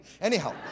Anyhow